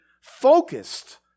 focused